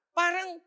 parang